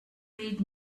read